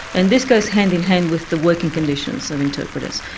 and this goes hand in hand with the working conditions of interpreters.